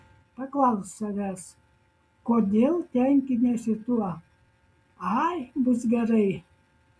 paklausk savęs kodėl tenkiniesi tuo ai bus gerai